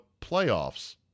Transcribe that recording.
playoffs